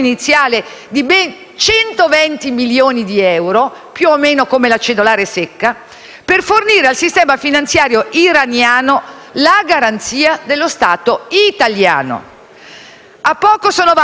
più o meno come la cedolare secca, per fornire al sistema finanziario iraniano la garanzia dello Stato italiano. A poco sono valse le nostre richieste di ritirare quel testo e le nostre critiche,